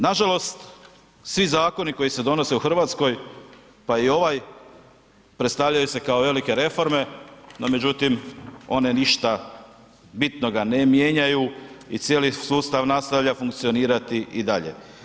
Nažalost, svi zakoni koji se donose u RH, pa i ovaj predstavljaju se kao velike reforme, no međutim, one ništa bitnoga ne mijenjaju i cijeli sustav nastavlja funkcionirati i dalje.